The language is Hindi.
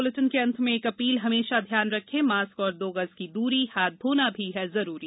इस बुलेटिन के अंत में एक अपील हमेशा ध्यान रखें मास्क और दो गज की दूरी हाथ धोना भी है जरूरी